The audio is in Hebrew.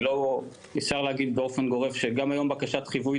אני לא נסער להגיד באופן גורף שגם היום בקשת חיווי,